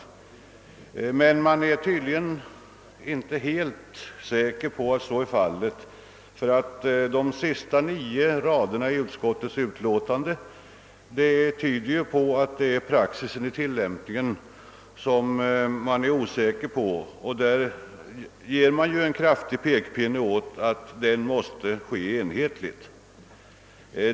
Emellertid är utskottsmajoriteten tydligen inte helt säker på att så är fallet; de sista nio raderna i utlåtandet tyder nämligen på att man är oviss om praxis i tillämpningen. Man framhåller också kraftigt att den måste vara enhetlig.